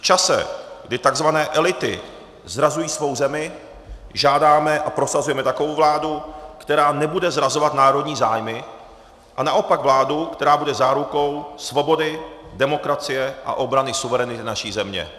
V čase, kdy takzvané elity zrazují svou zemi, žádáme a prosazujeme takovou vládu, která nebude zrazovat národní zájmy, a naopak vládu, která bude zárukou svobody, demokracie a obrany suverenity naší země.